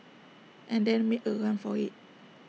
and then make A run for IT